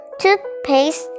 toothpaste